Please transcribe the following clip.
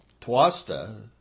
Twasta